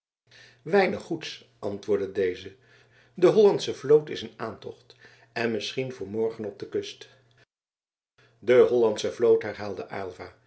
weinig goeds antwoordde deze de hollandsche vloot is in aantocht en misschien voor morgen op de kust de hollandsche vloot herhaalde aylva